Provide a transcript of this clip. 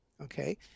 Okay